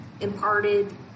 imparted